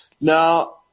now